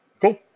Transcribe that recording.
Cool